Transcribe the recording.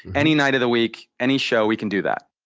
any night of the week, any show, we can do that.